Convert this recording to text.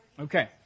Okay